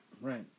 Right